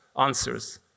answers